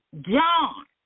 John